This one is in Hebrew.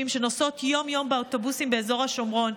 שנוסעות יום-יום באוטובוסים באזור השומרון.